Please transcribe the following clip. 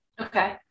Okay